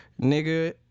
nigga